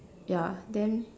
yeah then